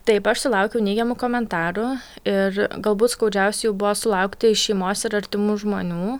taip aš sulaukiau neigiamų komentarų ir galbūt skaudžiausia jų buvo sulaukti iš šeimos ir artimų žmonių